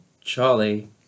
Charlie